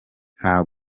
nta